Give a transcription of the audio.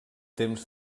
temps